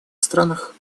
странах